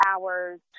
hours